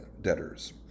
debtors